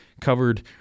covered